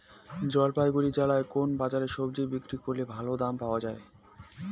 জলপাইগুড়ি জেলায় কোন বাজারে সবজি বিক্রি করলে ভালো দাম পাওয়া যায়?